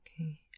okay